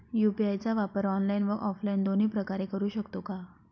UPI चा वापर online व ऑफलाईन दोन्ही प्रकारे करु शकतो का?